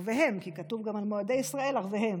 כי כתוב גם על מועדי ישראל "ערביהם".